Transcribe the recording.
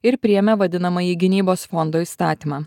ir priėmė vadinamąjį gynybos fondo įstatymą